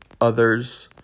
others